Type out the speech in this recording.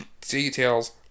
details